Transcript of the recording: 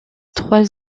trois